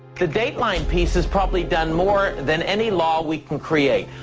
the dateline piece has probably done more than any law we can create.